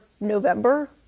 November